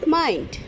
mind